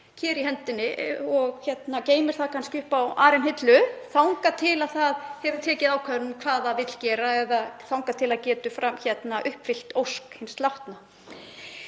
ker í hendinni og geymir þau kannski uppi á arinhillu þangað til það hefur tekið ákvörðun um hvað það vill gera eða þar til það getur uppfyllt ósk hins látna.